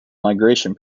migration